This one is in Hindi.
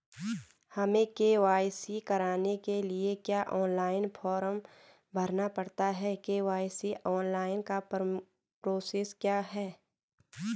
हमें के.वाई.सी कराने के लिए क्या ऑनलाइन फॉर्म भरना पड़ता है के.वाई.सी ऑनलाइन का प्रोसेस क्या है?